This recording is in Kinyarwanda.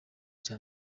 cya